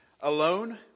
alone